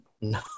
No